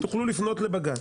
תוכלו לפנות לבג"צ.